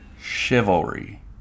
chivalry